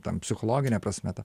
tam psichologine prasme tą